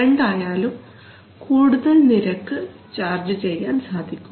രണ്ടായാലും കൂടുതൽ നിരക്ക് ചാർജ് ചെയ്യാൻ സാധിക്കും